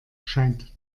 scheint